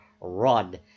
run